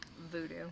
Voodoo